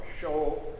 show